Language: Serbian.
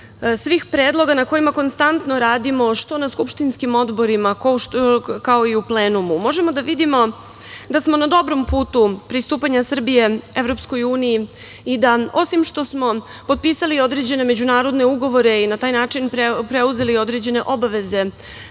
svih predloga na kojima konstantno radimo, što na skupštinskim odborima, kao i u plenumu, možemo da vidimo da smo na dobrom putu pristupanja Srbije EU i da, osim što smo potpisali određene međunarodne ugovore i na taj način preuzeli određene obaveze